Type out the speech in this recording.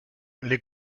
les